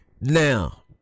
Now